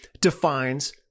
defines